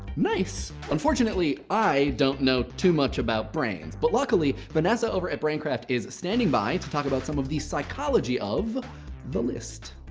nice. unfortunately, i don't know too much about brains. but luckily, vanessa over at brain craft is standing by to talk about some of the psychology of the list.